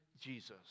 Jesus